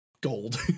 gold